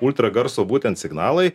ultragarso būtent signalai